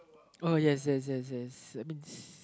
uh yes yes yes yes that means